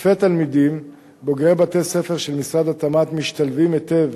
אלפי תלמידים בוגרי בתי-ספר של משרד התמ"ת משתלבים היטב